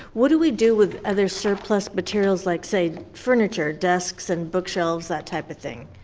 what do we do with other surplus materials like, say, furniture, desks, and bookshelves, that type of thing?